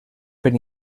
per